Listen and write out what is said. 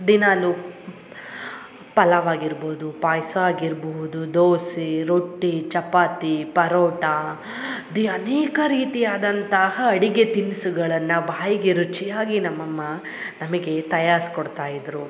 ದಿನಾಗಲು ಪಲಾವ್ ಆಗಿರ್ಬೋದು ಪಾಯಸ ಆಗಿರ್ಬಹುದು ದೋಸೆ ರೊಟ್ಟಿ ಚಪಾತಿ ಪರೋಟ ದಿ ಅನೇಕ ರೀತಿಯಾದಂತಹ ಅಡಿಗೆ ತಿನಿಸುಗಳನ್ನ ಬಾಯಿಗೆ ರುಚಿಯಾಗಿ ನಮ್ಮ ಅಮ್ಮ ನಮಗೆ ತಯಾರ್ಸಿ ಕೊಡ್ತಾಯಿದ್ದರು